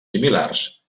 similars